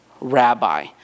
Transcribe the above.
Rabbi